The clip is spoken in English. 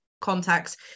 contacts